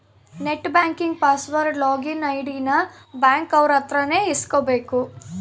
net banking password login ID ನ bank ಅವ್ರ ಅತ್ರ ನೇ ಇಸ್ಕಬೇಕು